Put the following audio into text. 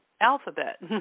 alphabet